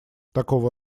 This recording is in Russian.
такого